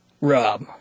Rob